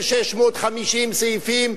של 650 סעיפים,